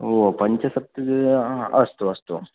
ओ पञ्चसप्तत अस्तु अस्तु